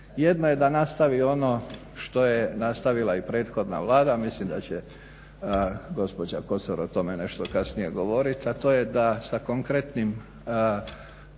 jedno je da nastavi ono što je nastavila i prethodna Vlada, a mislim da će gospođa Kosor o tome nešto kasnije govoriti, a to je da sa konkretnim